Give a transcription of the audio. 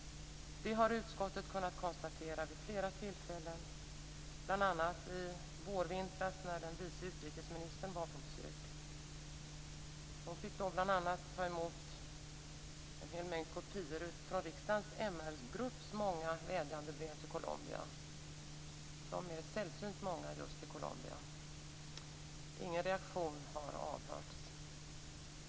Det har utskottet kunnat konstatera vid flera tillfällen, bl.a. i vårvintras när den vice utrikesministern var på besök. Hon fick då ta emot en mängd kopior på vädjandebrev från riksdagens MR-grupp till Colombia. Breven till Colombia är sällsynt många. Ingen reaktion har avhörts.